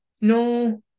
no